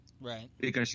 Right